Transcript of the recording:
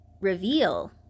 reveal